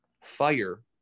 fire